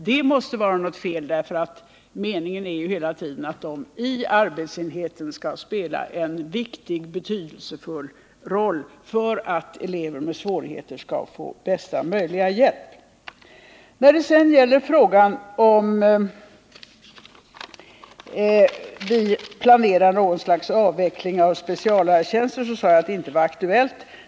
Det måste vara fel, för meningen är att de hela tiden i arbetsenheten skall spela en betydelsefull roll för att elever med svårigheter skall få bästa möjliga hjälp. När det sedan gäller frågan om vi planerar något slags avveckling av speciallärartjänster, sade jag att det inte var aktuellt.